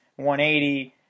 180